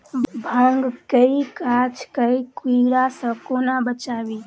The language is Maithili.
भांग केँ गाछ केँ कीड़ा सऽ कोना बचाबी?